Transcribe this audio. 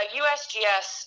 usgs